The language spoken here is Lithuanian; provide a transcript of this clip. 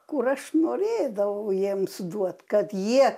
kur aš norėdavau jiems duot kad jie